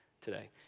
today